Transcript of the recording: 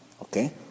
okay